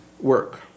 work